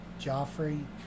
Joffrey